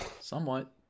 Somewhat